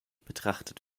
betrachtet